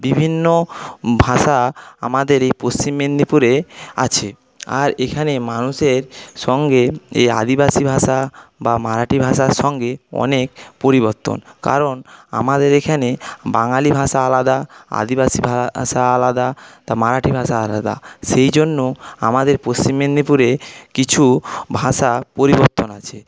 বিভিন্ন ভাষা আমাদের এই পশ্চিম মেদিনীপুরে আছে আর এখানে মানুষের সঙ্গে এই আদিবাসী ভাষা বা মারাঠি ভাষার সঙ্গে অনেক পরিবর্তন কারণ আমাদের এখানে বাঙালি ভাষা আলাদা আদিবাসী ভাষা আলাদা তা মারাঠি ভাষা আলাদা সেইজন্য আমাদের পশ্চিম মেদিনীপুরে কিছু ভাষা পরিবর্তন আছে